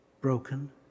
broken